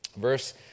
Verse